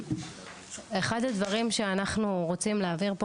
אחד הדברים שאנחנו רוצים להעביר פה